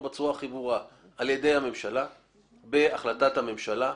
בצורה הכי ברורה על ידי הממשלה בהחלטת הממשלה.